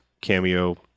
cameo